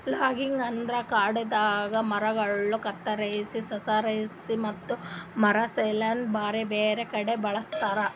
logging ಅಂದುರ್ ಕಾಡದಾಂದು ಮರಗೊಳ್ ಕತ್ತುರ್ಸಿ, ಸಂಸ್ಕರಿಸಿ ಮತ್ತ ಮಾರಾ ಸಲೆಂದ್ ಬ್ಯಾರೆ ಬ್ಯಾರೆ ಕಡಿ ಕಳಸ್ತಾರ